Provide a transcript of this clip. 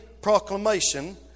proclamation